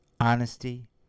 honesty